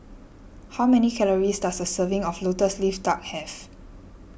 how many calories does a serving of Lotus Leaf Duck have